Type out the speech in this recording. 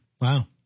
Wow